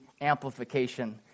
amplification